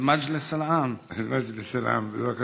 לדבר בערבית במושב הכללי.) (אומר בערבית: במושב הכללי.) בבקשה,